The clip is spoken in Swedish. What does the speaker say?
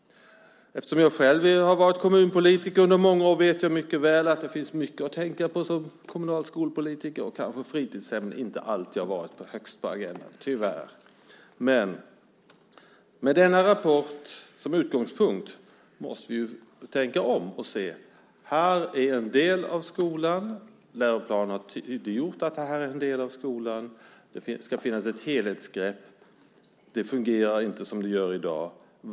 Eftersom jag själv har varit kommunpolitiker under många år vet jag mycket väl att det finns mycket att tänka på för en kommunal skolpolitiker. Kanske fritidshemmen inte alltid har stått högst på agendan - tyvärr. Med denna rapport som utgångspunkt måste vi tänka om. Läroplanen har tydliggjort att det här är en del av skolan. Det ska finnas ett helhetsgrepp. Det fungerar inte i dag.